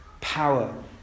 power